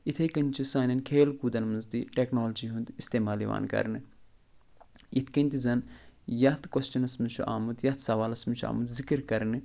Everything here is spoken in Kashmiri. یِتھَے کٔنۍ چھِ سانٮ۪ن کھیل کوٗدَن منٛز تہِ ٹیکنالجی ہُنٛد اِستعمال یِوان کرنہٕ یِتھ کٔنۍ تہِ زَنہٕ یَتھ کوسچَنَس منٛز چھُ آمُت یَتھ سوالَس منٛز چھِ آمُت ذکر کرنہٕ